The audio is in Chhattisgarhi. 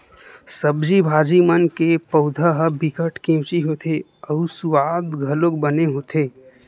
सब्जी भाजी मन के पउधा ह बिकट केवची होथे अउ सुवाद घलोक बने होथे